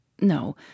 No